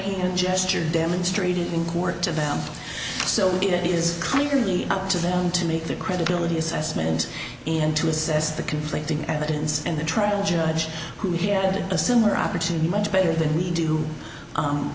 a gesture demonstrated in court to them so it is completely up to them to make the credibility assessment and to assess the conflicting evidence and the trial judge who had a similar opportunity might better than we do